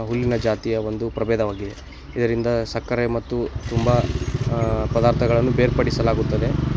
ಹುಲ್ಲಿನ ಜಾತಿಯ ಒಂದು ಪ್ರಭೇದವಾಗಿದೆ ಇದರಿಂದ ಸಕ್ಕರೆ ಮತ್ತು ತುಂಬ ಪದಾರ್ಥಗಳನ್ನು ಬೇರ್ಪಡಿಸಲಾಗುತ್ತದೆ